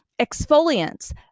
Exfoliants